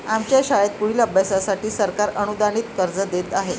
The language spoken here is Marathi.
आमच्या शाळेत पुढील अभ्यासासाठी सरकार अनुदानित कर्ज देत आहे